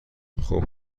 خوب